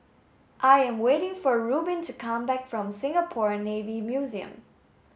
I am waiting for Rubin to come back from Singapore Navy Museum